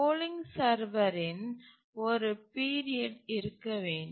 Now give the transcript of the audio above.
polling சர்வரின் ஒரு period இருக்க வேண்டும்